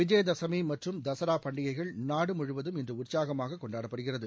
விஜய தசமி மற்றும் தசரா பண்டிகைகள் நாடு முழுவதும் இன்று உற்சாகமாக கொண்டாடப்படுகிறது